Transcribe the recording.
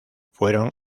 fueron